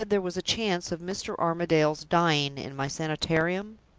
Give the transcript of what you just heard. you said there was a chance of mr. armadale's dying in my sanitarium?